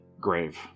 grave